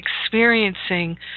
experiencing